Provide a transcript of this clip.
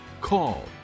call